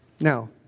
Now